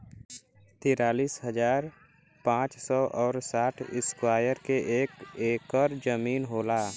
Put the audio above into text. तिरालिस हजार पांच सौ और साठ इस्क्वायर के एक ऐकर जमीन होला